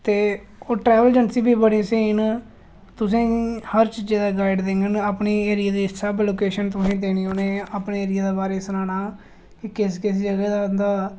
ते ओह् travel agency बी बड़ी स्हेई न तुसेंगी हर चीज़ें दा गाईड करन अपने एरिया दा ते एह् सब लोकेशन देनी उ'नें अपने एरिया दे बारे च सनाना उ'नें कुस कुस जगह् उं'दा